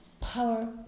Power